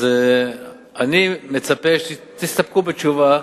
אני מצפה שתסתפקו בתשובה.